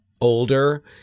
older